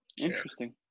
Interesting